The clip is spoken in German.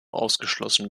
ausgeschlossen